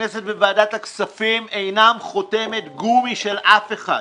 הכנסת וועדת הכספים אינן חותמת גומי של אף אחד.